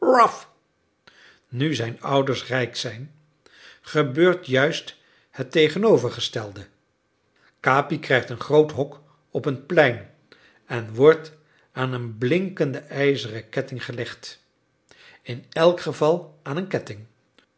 nu zijn ouders rijk zijn gebeurt juist het tegenovergestelde capi krijgt een groot hok op een plein en wordt aan een blinkenden ijzeren ketting gelegd in elk geval aan een ketting